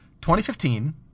2015